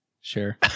sure